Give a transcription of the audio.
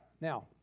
Now